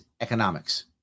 economics